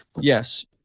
yes